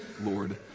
Lord